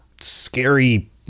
scary